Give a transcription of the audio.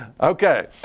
Okay